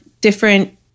different